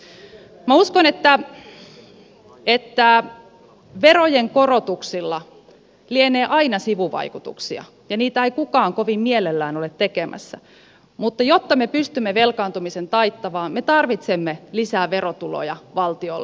minä uskon että verojen korotuksilla lienee aina sivuvaikutuksia ja niitä ei kukaan kovin mielellään ole tekemässä mutta jotta me pystymme velkaantumisen taittamaan me tarvitsemme lisää verotuloja valtiolle